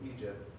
Egypt